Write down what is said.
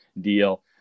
deal